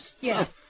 Yes